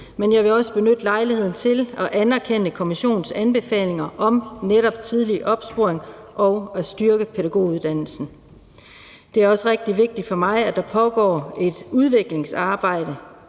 Men jeg vil også benytte lejligheden til at anerkende kommissionens anbefalinger om netop tidlig opsporing og at styrke pædagoguddannelsen. Det er også rigtig vigtigt for mig, at der pågår et udviklingsarbejde,